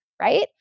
right